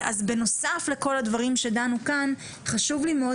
אז בנוסף לכל הדברים שדנו כאן חשוב לי מאוד